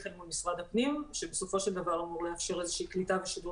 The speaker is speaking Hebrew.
מול משרד הפנים שבסופו של דבר אמור לאפשר איזושהי קליטה ושיגור